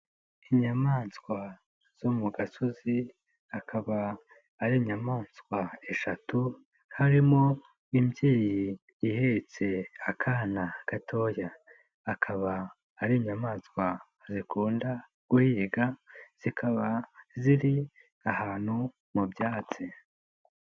Inyamaswa zo mu gasozi akaba ari inyamaswa eshatu harimo imbyeyi ihetse akana gatoya. Akaba ari inyamaswa zikunda guhiga, zikaba ziri ahantu mu byatsi.